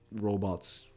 robots